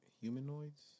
humanoids